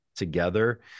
together